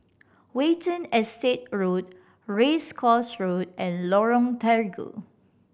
Watten Estate Road Race Course Road and Lorong Terigu